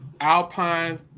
Alpine